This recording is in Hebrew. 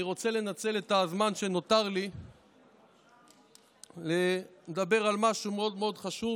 אני רוצה לנצל את הזמן שנותר לי לדבר על משהו מאוד מאוד חשוב,